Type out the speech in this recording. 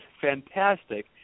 fantastic